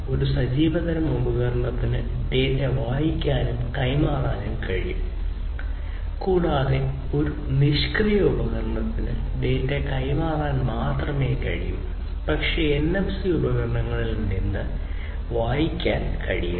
ഒരു സജീവ തരം ഉപകരണത്തിന് ഡാറ്റ വായിക്കാനും കൈമാറാനും കഴിയും കൂടാതെ ഒരു നിഷ്ക്രിയ ഉപകരണത്തിന് ഡാറ്റ കൈമാറാൻ മാത്രമേ കഴിയൂ പക്ഷേ NFC ഉപകരണങ്ങളിൽ നിന്ന് വായിക്കാൻ കഴിയില്ല